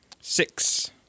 Six